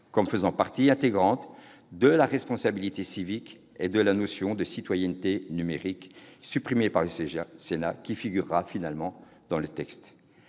comme faisant partie intégrante de la formation à la responsabilité civique, et la notion de « citoyenneté numérique », supprimée par le Sénat, figurera finalement dans le texte.